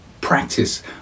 practice